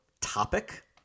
topic